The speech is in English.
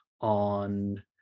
on